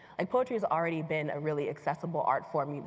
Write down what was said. like poetry has already been a really accessible artform.